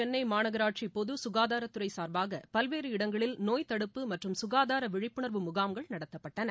சென்னை மாநகராட்சி பொது ககாதாரத்துறை சார்பாக பல்வேறு இடங்களில் நோய் பெருநகர தடுப்பு மற்றும் சுகாதார விழிப்புணர்வு முகாம்கள் நடத்தப்பட்டன